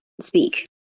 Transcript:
speak